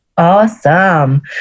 Awesome